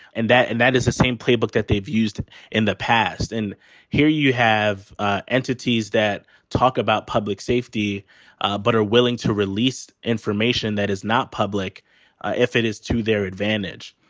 and that and that is the same playbook that they've used in the past. and here you have ah entities that talk about public safety ah but are willing to release information that is not public if it is to their advantage.